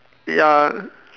ya